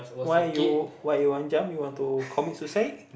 why you why you want jump you want to commit suicide